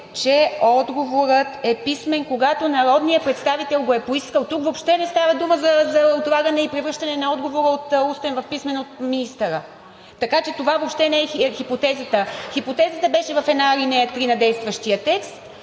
че отговорът е писмен, когато народният представител го е поискал. Тук въобще не става дума за отлагане и превръщане на отговора от устен в писмен от министъра, така че това въобще не е хипотезата. Хипотезата беше в една ал. 3 на действащия текст